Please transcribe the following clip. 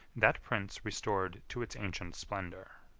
that prince restored to its ancient splendor.